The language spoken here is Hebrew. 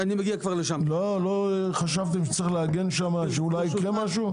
לא חשבתם שצריך להגן שם שאולי יקרה משהו?